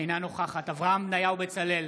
אינה נוכחת אברהם בצלאל,